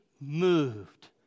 moved